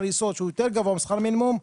יסוד שהוא יותר גבוה משכר מינימום,